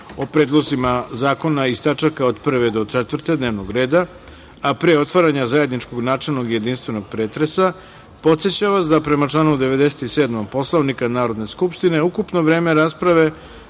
o predlozima zakona iz tačaka od 1. do 4. dnevnog reda, a pre otvaranja zajedničkog načelnog i jedinstvenog pretresa, podsećam vas da prema članu 97. Poslovnika Narodne skupštine ukupno vreme rasprave